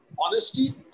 honesty